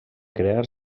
crear